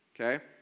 okay